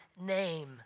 name